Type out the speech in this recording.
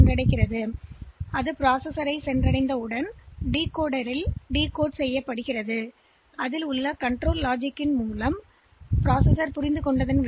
அதுசெயலி உள்ளே வந்த பின் ஆணை குறிவிலக்கியின் டிகோடிங் மற்றும் கட்டுப்பாட்டு தர்க்கம் அது இந்த மதிப்புக் திரட்டி செல்ல வேண்டும் என்று புரிந்து கொள்ள வேண்டும்